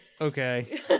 okay